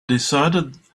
decided